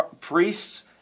priests